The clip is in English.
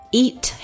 eat